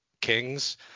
kings